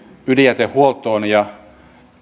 ydinjätehuoltoon ja